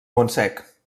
montsec